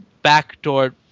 backdoor